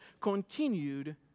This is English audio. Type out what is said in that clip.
continued